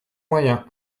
moyen